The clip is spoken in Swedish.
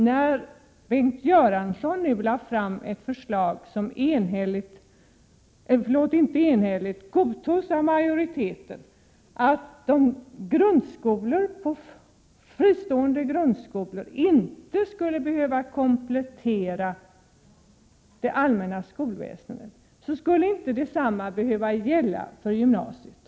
När Bengt Göransson lade fram ett förslag, som godtogs av majoriteten, om att de fristående grundskolorna inte skulle behöva komplettera det allmänna skolväsendet skulle detta inte heller behöva gälla för gymnasiet.